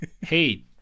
hey